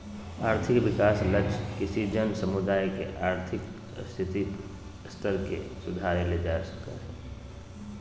और्थिक विकास लक्ष्य किसी जन समुदाय के और्थिक स्थिति स्तर के सुधारेले अपनाब्ल जा हइ